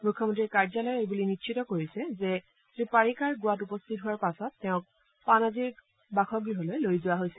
মুখ্যমন্তীৰ কাৰ্যালয়ে এইবুলি নিশ্চিত কৰিছে যে শ্ৰী পাৰিকাৰ গোৱাত উপস্থিত হোৱাৰ পাছত তেওঁক পানাজীৰ বাসগৃহলৈ লৈ যোৱা হৈছে